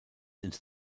into